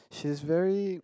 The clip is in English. she's very